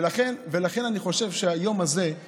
ולכן אני חושב שהיום הזה הוא